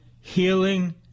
healing